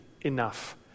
enough